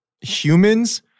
humans